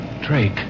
Drake